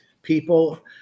people